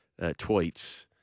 tweets